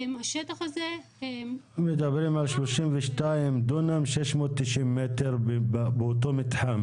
השטח הזה -- הוא מדבר על 32 דונם ו-690 מטר באותו מתחם,